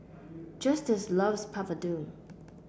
Justus loves Papadum